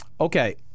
okay